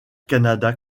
canada